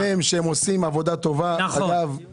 אי אפשר שבתקופה הזאת שבה חוטפים רקטות וטילים על